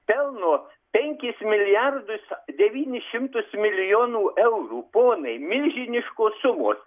pelno penkis milijardus devynis šimtus milijonų eurų ponai milžiniškos sumos